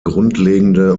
grundlegende